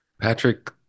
Patrick